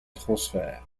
transfert